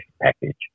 package